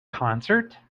concert